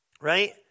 right